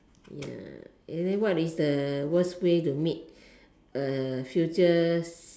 ya and then what is the worst way to meet a future s~